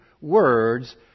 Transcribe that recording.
words